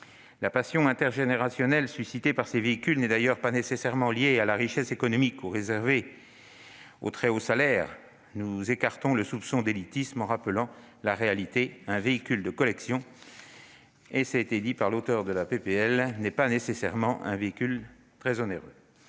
La passion intergénérationnelle suscitée par ces véhicules n'est d'ailleurs pas nécessairement liée à la richesse économique ni réservée aux très hauts salaires. Nous écartons le soupçon d'élitisme en rappelant la réalité : un véhicule de collection n'est pas nécessairement un véhicule très onéreux,